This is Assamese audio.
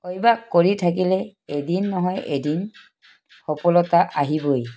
অভ্যাস কৰি থাকিলে এদিন নহয় এদিন সফলতা আহিবই